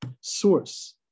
source